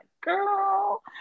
girl